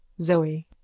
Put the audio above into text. Zoe